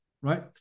right